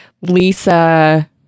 Lisa